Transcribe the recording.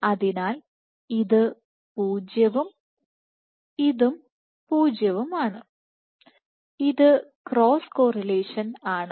അതിനാൽ ഇത് 0ഇതും 0 ആണ് ഇത് ക്രോസ് കോറിലേഷൻആണ്